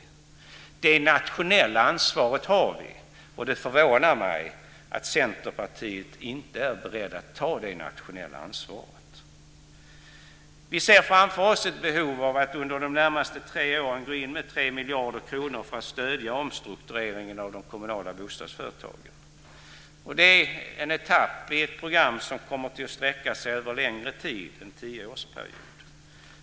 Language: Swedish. Vi har det nationella ansvaret. Det förvånar mig att Centerpartiet inte är berett att ta detta nationella ansvar. Vi ser framför oss ett behov av att under de närmaste tre åren gå in med 3 miljarder kronor för att stödja omstruktureringen av de kommunala bostadsföretagen. Det är en etapp i ett program som kommer att sträcka sig över längre tid, en tioårsperiod.